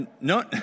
no